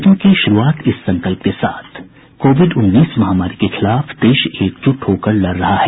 bulletin की शुरूआत इस संकल्प के साथ कोविड उन्नीस महामारी के खिलाफ देश एकजुट होकर लड़ रहा है